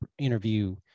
interview